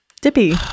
Dippy